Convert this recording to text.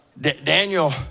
Daniel